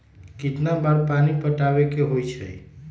कितना बार पानी पटावे के होई छाई?